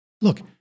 Look